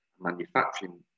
manufacturing